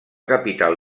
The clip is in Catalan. capital